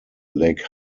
lake